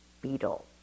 beetle